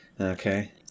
Okay